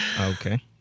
Okay